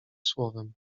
słowem